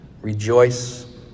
rejoice